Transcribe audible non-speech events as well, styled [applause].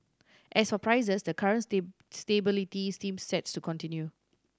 as for prices the current [unintelligible] stability seems sets to continue